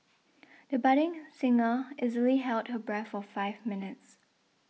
the budding singer easily held her breath for five minutes